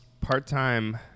part-time